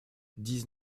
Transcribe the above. dix